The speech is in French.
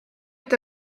est